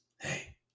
Hey